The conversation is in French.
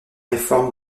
réforme